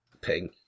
ping